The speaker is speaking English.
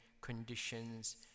conditions